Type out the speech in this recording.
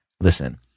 listen